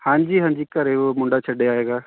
ਹਾਂਜੀ ਹਾਂਜੀ ਘਰੇ ਉਹ ਮੁੰਡਾ ਛੱਡ ਆਏਗਾ